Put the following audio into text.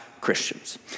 Christians